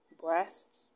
breasts